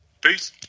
Peace